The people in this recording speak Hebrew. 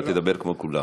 אתה תדבר כמו כולם.